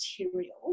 material